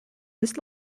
this